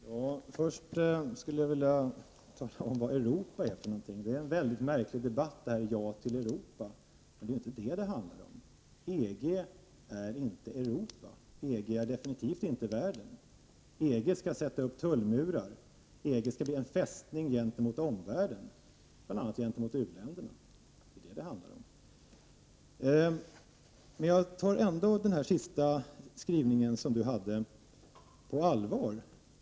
Prot. 1988/89:50 Herr talman! Först skulle jag vilja fråga vad Europa är för något. ”Ja till 13 januari 1989 Europa” är en mycket märklig debatt. Det är ju inte detta diskussionen frid Om sysselsättningen ee ST ; 5 ; vid svensk anpassning EG är inte Europa. EG är absolut inte världen. EG skall sätta upp till EG tullmurar, och EG skall bli en fästning gentemot omvärlden, bl.a. mot u-länderna. Det är detta diskussionen handlar om. Jag tar ändå statsrådets sista skrivning på allvar.